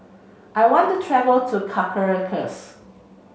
I want travel to Caracas